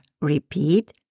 Repeat